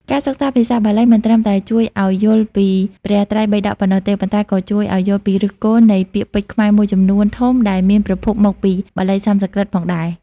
ការសិក្សាភាសាបាលីមិនត្រឹមតែជួយឲ្យយល់ពីព្រះត្រៃបិដកប៉ុណ្ណោះទេ ប៉ុន្តែក៏ជួយឲ្យយល់ពីឫសគល់នៃពាក្យពេចន៍ខ្មែរមួយចំនួនធំដែលមានប្រភពមកពីបាលីសំស្ក្រឹតផងដែរ។